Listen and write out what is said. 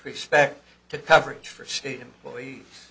respect to coverage for state employees